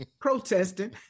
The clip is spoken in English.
protesting